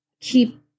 keep